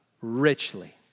richly